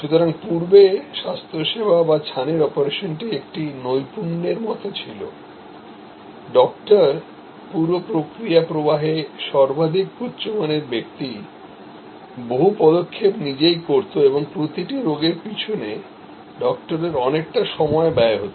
সুতরাং পূর্বে স্বাস্থ্যসেবা বা ছানির অপারেশনটি একটি নৈপুণ্যের মতো ছিল ডক্টর পুরো প্রক্রিয়া প্রবাহে সর্বাধিক উচ্চমানের ব্যক্তি বহু পদক্ষেপনিজেই করতোএবং প্রতিটি রোগীর পিছনে ডক্টরের অনেকটা সময় ব্যয়হত